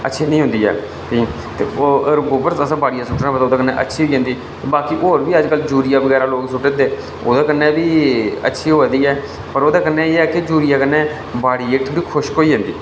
अच्छी नेई होंदी ऐ गोबर असें बाडियां सु'ट्टना ओह्दे कन्नै साढ़ी फसल अच्छी होंदी बाकी होर बी अजकल यूरिया बगैरा सुटदे ते ओह्दे कन्नै फ्ही अच्छी फसल होआ दी ऐ ओह्दे कन्नै एह कि बाड़ी जेहकी खुश्क होई जंदी